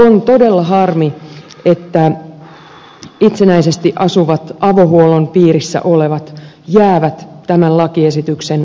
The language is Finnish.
on todella harmi että itsenäisesti asuvat avohuollon piirissä olevat jäävät tämän lakiesityksen ulkopuolelle